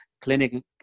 Clinic